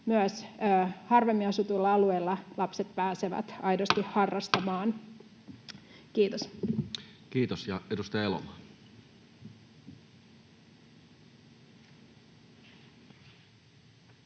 myös harvemmin asutuilla alueilla lapset pääsevät aidosti harrastamaan. — Kiitos. [Speech 228]